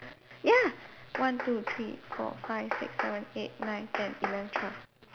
ya one two three four five six seven eight nine ten eleven twelve